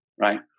right